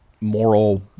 moral